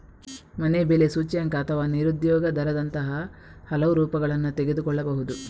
ಮನೆ ಬೆಲೆ ಸೂಚ್ಯಂಕ ಅಥವಾ ನಿರುದ್ಯೋಗ ದರದಂತಹ ಹಲವು ರೂಪಗಳನ್ನು ತೆಗೆದುಕೊಳ್ಳಬಹುದು